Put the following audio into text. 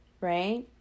right